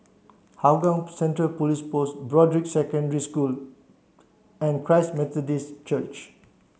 Hougang Central Post Broadrick Secondary School and Christ Methodist Church